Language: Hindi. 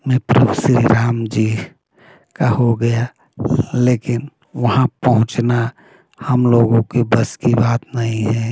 में प्रभु श्री राम जी का हो गया लेकिन वहाँ पहुँचना हम लोगों के बस की बात नहीं है